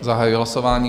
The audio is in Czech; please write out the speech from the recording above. Zahajuji hlasování.